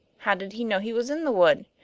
how did he know he was in the wood?